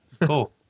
Cool